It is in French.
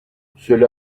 cela